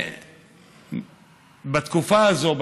בתקופה הזאת,